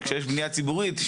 כשיש בנייה ציבורית,